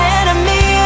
enemy